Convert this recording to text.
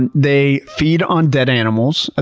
and they feed on dead animals.